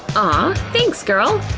ah thanks, girl!